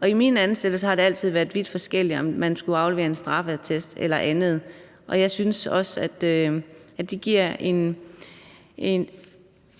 og i mine ansættelser har det altid været vidt forskelligt, om man skulle aflevere en straffeattest eller andet. Jeg synes, at det giver en